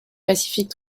pacifique